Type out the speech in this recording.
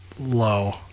low